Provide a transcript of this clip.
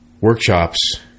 workshops